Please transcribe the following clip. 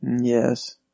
Yes